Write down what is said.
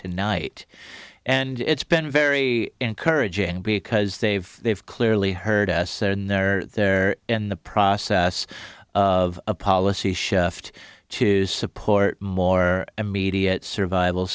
tonight and it's been very encouraging because they've they've clearly heard us and they're they're in the process of a policy shift to support more immediate survival